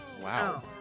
Wow